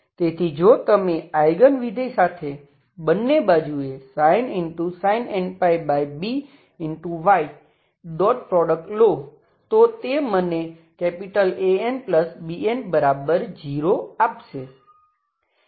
તેથી જો તમે આઈગન વિધેય સાથે બંને બાજુએ sin nπby ડોટ પ્રોડક્ટ લો તો તે મને AnBn0 ∀n આપશે